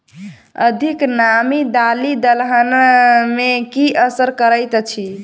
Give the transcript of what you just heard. अधिक नामी दालि दलहन मे की असर करैत अछि?